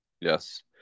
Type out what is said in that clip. Yes